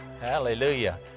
Hallelujah